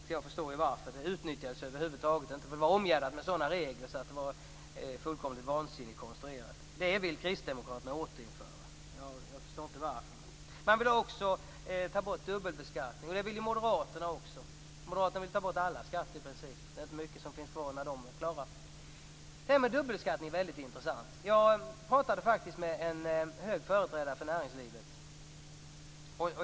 Jag förstår varför. Den utnyttjades inte. Den var omgärdad av så många regler och var helt vansinnigt konstruerad. Den skatten vill Kristdemokraterna återinföra. Jag förstår inte varför. Kristdemokraterna vill också ta bort dubbelbeskattningen. Det vill Moderaterna också. Moderaterna vill i princip ta bort alla skatter. Det är inte mycket som finns kvar när de är klara. Frågan om dubbelbeskattning är intressant. Jag pratade med en hög företrädare för näringslivet.